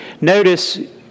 notice